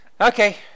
okay